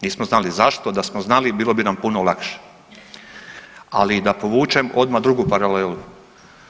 Nismo znali zašto, da smo znali bilo bi nam puno lakše. ali da povučem odmah drugu paralelu.